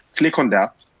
click on that.